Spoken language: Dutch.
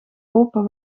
open